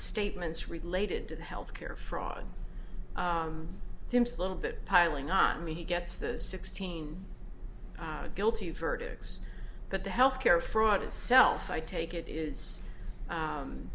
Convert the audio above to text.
statements related to the health care fraud seems a little bit piling on me he gets the sixteen guilty verdicts that the health care fraud itself i take it is